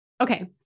Okay